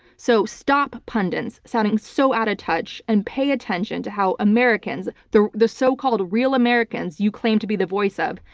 so stop, pundits, sounding so out of touch and pay attention to how americans, the the so-called real americans you claim to be the voice of,